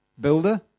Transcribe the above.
Builder